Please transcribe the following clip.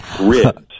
ribs